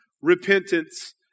repentance